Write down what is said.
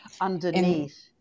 underneath –